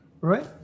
Right